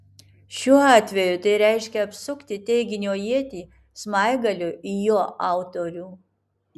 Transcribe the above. šiuo atveju tai reiškia apsukti teiginio ietį smaigaliu į jo autorių